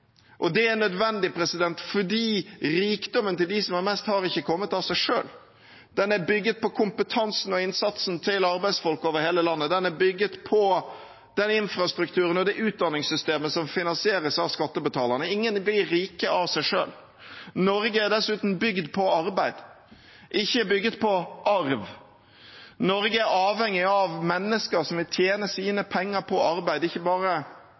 samfunnet. Det er nødvendig, for rikdommen til dem som har mest, har ikke kommet av seg selv. Den er bygd på kompetansen og innsatsen til arbeidsfolk over hele landet, den er bygd på den infrastrukturen og det utdanningssystemet som finansieres av skattebetalerne. Ingen blir rike av seg selv. Norge er dessuten bygd på arbeid, ikke bygd på arv. Norge er avhengig av mennesker som vil tjene sine penger på arbeid, ikke bare